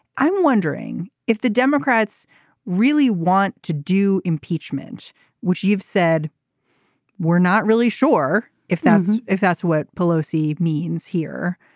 i'm wondering if the democrats really want to do impeachment which you've said we're not really sure if that's if that's what pelosi means here.